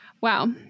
Wow